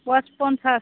फवा पन्सास